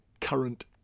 current